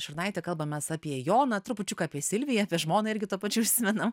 šurnaitė kalbamės apie joną trupučiuką apie silviją apie žmoną irgi tuo pačiu užsimenam